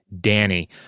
Danny